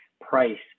price